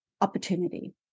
opportunity